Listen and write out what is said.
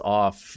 off